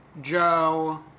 Joe